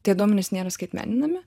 tie duomenys nėra skaitmeninami